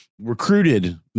recruited